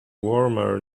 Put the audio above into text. warmer